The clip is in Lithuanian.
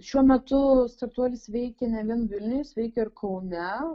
šiuo metu startuolis veikia ne vien vilniuj jis veikia ir kaune